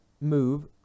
move